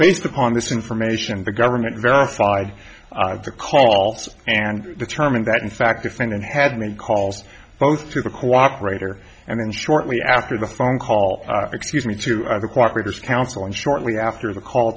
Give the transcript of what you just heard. based upon this information the government verified the calls and determined that in fact defendant had many calls both to the cooperator and then shortly after the phone call excuse me to cooperate as counsel and shortly after the call